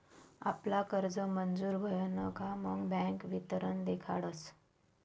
आपला कर्ज मंजूर व्हयन का मग बँक वितरण देखाडस